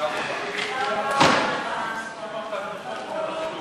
ההוצאה לפועל (תיקון מס' 47 והוראת שעה),